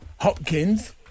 Hopkins